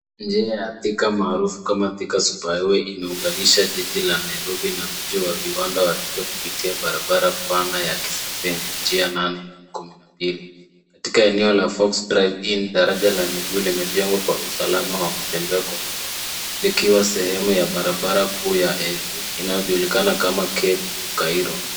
Njia ya Thika maarufu kama Thika Superhighway inaunganisha jiji la Nairobi na mji wa viwanda wa Thika kupitia barabara pana ya kisasa yenye njia nane hadi kumi na mbili. Katika eneo la Forks Drive Inn daraja la miguu limejengwa kwa usalama wa kutembea kwa miguu likiwa sehemu ya barabara kuu ya Etu inayojulikana kama Cape Cairo .